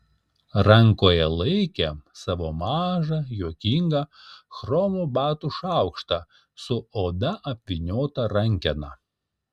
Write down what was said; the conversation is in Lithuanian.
rankoje laikė savo mažą juokingą chromo batų šaukštą su oda apvyniota rankena